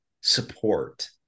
support